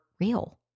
real